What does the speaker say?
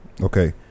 Okay